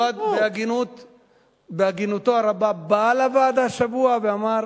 פואד בהגינותו הרבה בא לוועדה השבוע ואמר,